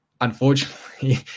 unfortunately